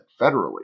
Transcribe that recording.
federally